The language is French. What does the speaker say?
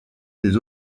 des